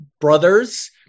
brothers